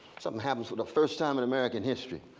something happens for the first time in american history.